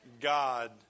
God